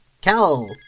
Cal